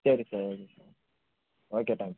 சரி sir okay sir okay thanks